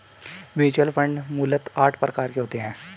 mutual fund मूलतः आठ प्रकार के होते हैं